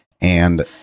And-